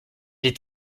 est